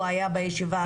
הוא היה בישיבה הראשונה.